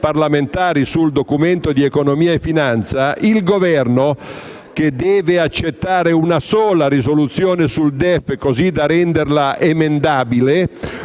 parlamentari sul Documento di economia e finanza, il Governo, che deve accettare una sola risoluzione sul DEF, così da renderla emendabile,